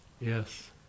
Yes